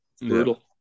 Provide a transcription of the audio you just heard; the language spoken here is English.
brutal